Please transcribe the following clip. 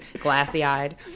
glassy-eyed